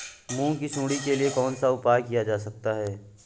मूंग की सुंडी के लिए कौन सा उपाय किया जा सकता है?